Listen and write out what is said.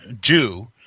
Jew